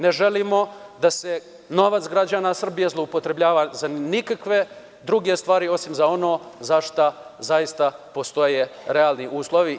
Ne želimo da se novac građana Srbije zloupotrebljava ni za kakve stvari osim za ono za šta zaista postoje realni uslovi.